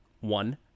one